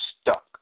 stuck